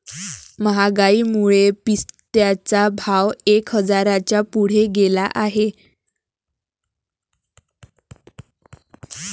महागाईमुळे पिस्त्याचा भाव एक हजाराच्या पुढे गेला आहे